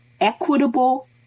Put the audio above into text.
equitable